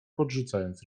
podrzucając